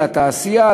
לתעשייה,